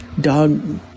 dog